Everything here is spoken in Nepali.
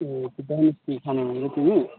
भनेको थियो नि